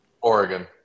Oregon